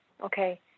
Okay